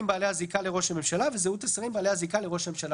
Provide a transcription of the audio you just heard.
בעלי הזיקה לראש הממשלה וזהות השרים בעלי הזיקה לראש הממשלה